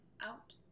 out